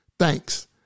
Thanks